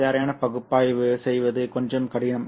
சரியான பகுப்பாய்வு செய்வது கொஞ்சம் கடினம்